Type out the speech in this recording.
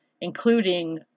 including